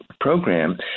program